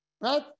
Right